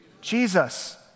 Jesus